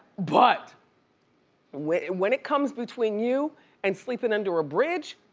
but when and when it comes between you and sleeping under a bridge